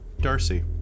Darcy